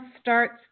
starts